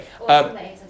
Okay